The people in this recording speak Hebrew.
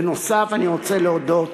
בנוסף, אני רוצה להודות,